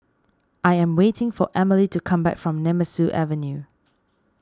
I am waiting for Emely to come back from Nemesu Avenue